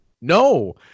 No